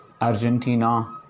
Argentina